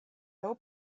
low